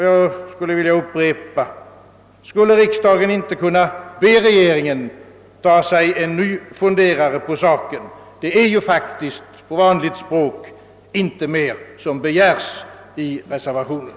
Jag skulle vilja upprepa frågan: Skulle riksdagen inte kunna be regeringen ta sig en ny funderare på saken? Det är faktiskt — uttryckt på vanligt enkelt språk — inte mer som begärs i reservationen.